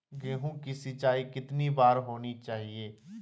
गेहु की सिंचाई कितनी बार होनी चाहिए?